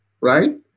right